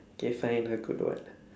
okay fine a good one